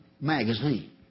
magazine